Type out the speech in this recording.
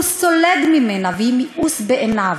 הוא סולד ממנה והיא מיאוס בעיניו,